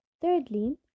thirdly